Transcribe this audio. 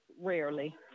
Rarely